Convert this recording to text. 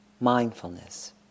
mindfulness